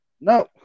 No